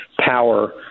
power